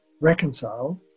reconcile